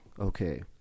okay